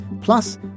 Plus